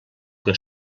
que